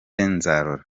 nzarora